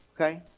Okay